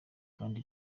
kandi